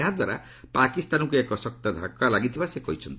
ଏହା ଦ୍ୱାରା ପାକିସ୍ତାନକୁ ଏକ ଶକ୍ତ ଧକ୍କା ଲାଗିଥିବା ସେ କହିଛନ୍ତି